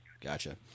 Gotcha